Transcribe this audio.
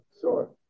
sure